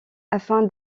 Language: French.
afin